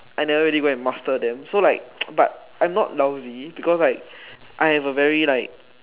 I never really go and master them so like but I'm not lousy because like I am a very like